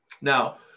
Now